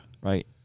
Right